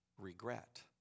regret